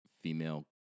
female